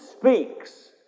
speaks